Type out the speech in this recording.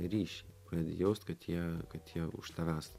ryšį kad jaust kad jie kad jie už tavęs